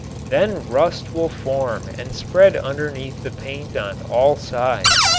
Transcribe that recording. then rust will form and spread underneath the paint on all sides.